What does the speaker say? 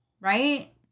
right